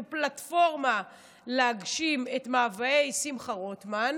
פלטפורמה להגשים את מאוויי שמחה רוטמן,